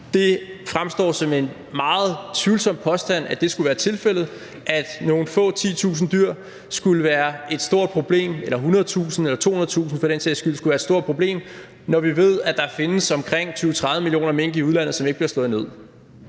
Det fremstår som en meget tvivlsom påstand, at det skulle være tilfældet, at nogle få 10.000 dyr skulle være et stort problem – eller 100.000 eller 200.000 for den sags skyld – når vi ved, at der findes omkring 20-30 millioner mink i udlandet, som ikke bliver slået ned.